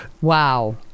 Wow